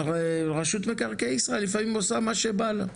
רשות מקרקעי ישראל לפעמים עושה מה שבא לה.